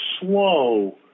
slow